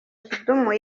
kidum